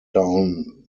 down